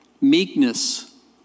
meekness